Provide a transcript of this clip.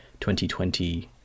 2020